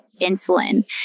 insulin